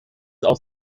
aus